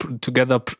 together